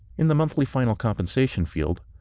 in the monthly final compensation field,